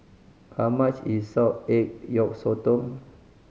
how much is salted egg yolk sotong